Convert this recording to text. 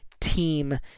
team